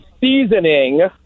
seasoning